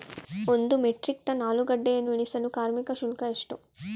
ಒಂದು metric ton ಆಲೂಗೆಡ್ಡೆಯನ್ನು ಇಳಿಸಲು ಕಾರ್ಮಿಕ ಶುಲ್ಕ ಎಷ್ಟು?